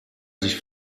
sich